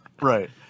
Right